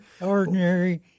ordinary